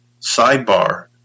Sidebar